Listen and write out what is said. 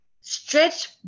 Stretch